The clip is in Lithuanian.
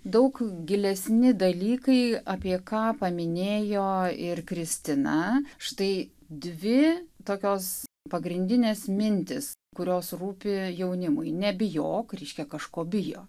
daug gilesni dalykai apie ką paminėjo ir kristina štai dvi tokios pagrindinės mintys kurios rūpi jaunimui nebijok reiškia kažko bijo